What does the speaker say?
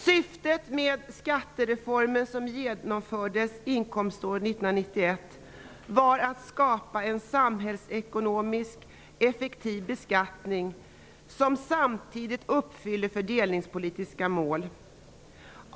Syftet med skattereformen, som genomfördes inkomståret 1991, var att skapa en samhällsekonomiskt effektiv beskattning, som samtidigt uppfyller fördelningspolitiska mål.